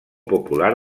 popular